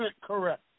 correct